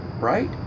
right